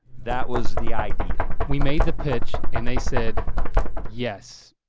that was the idea. we made the pitch and they said yes,